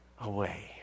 away